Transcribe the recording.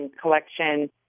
collection